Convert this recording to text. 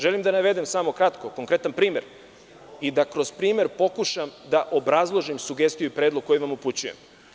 Želim da navedem, kratko konkretan primer, i da kroz primer pokušam da obrazložim sugestiju i predlog koji vam upućujem.